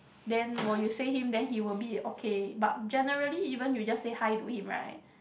then while you say him then he will be okay but generally even you just say hi to him right